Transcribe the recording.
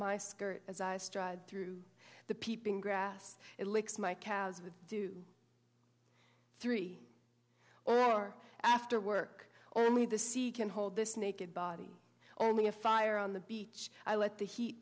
my skirt through the peeping grass it licks my calves with do three or after work only the sea can hold this naked body only a fire on the beach i let the heat